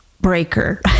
breaker